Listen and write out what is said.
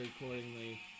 accordingly